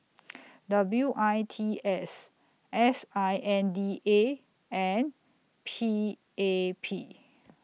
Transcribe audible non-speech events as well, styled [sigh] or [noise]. [noise] W I T S S I N D A and P A P